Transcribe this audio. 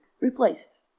replaced